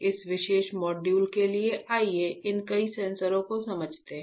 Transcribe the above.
इस विशेष मॉड्यूल के लिए आइए इन कई सेंसरों को समझते हैं